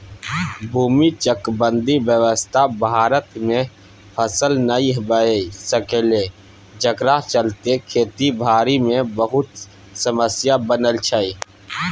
भूमि चकबंदी व्यवस्था भारत में सफल नइ भए सकलै जकरा चलते खेती बारी मे बहुते समस्या बनल छै